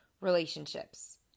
Relationships